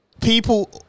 people